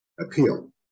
appeal